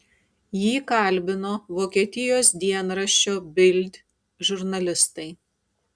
jį kalbino vokietijos dienraščio bild žurnalistai